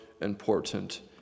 important